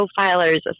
profiler's